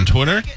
Twitter